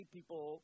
People